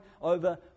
over